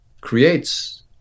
creates